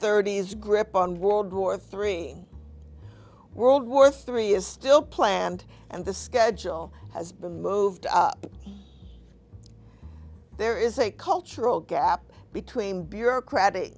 thirty's grip on world war three world war three is still planned and the schedule has been moved up there is a cultural gap between bureaucratic